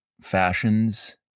fashions